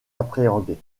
appréhendés